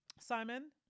Simon